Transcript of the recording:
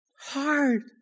hard